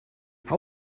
how